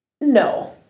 no